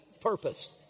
purpose